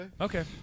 Okay